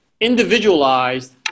individualized